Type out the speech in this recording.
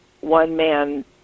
one-man